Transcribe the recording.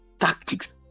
tactics